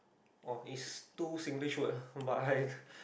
oh it's two Singlish word [ah[ but I